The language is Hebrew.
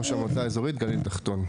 ראש המועצה האזורית גליל תחתון,